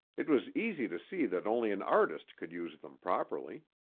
it was easy to see that only an artist could use them properly.